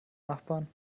nachbarn